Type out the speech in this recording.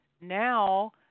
now